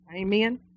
Amen